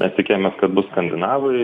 mes tikėjomės kad bus skandinavai